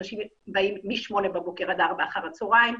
אנשים באים משמונה בבוקר עד ארבע אחר הצהריים,